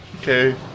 Okay